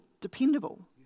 dependable